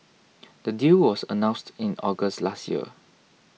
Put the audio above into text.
the deal was announced in August last year